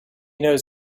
knows